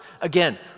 Again